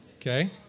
Okay